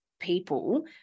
people